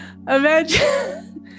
imagine